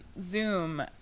zoom